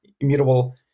immutable